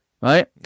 right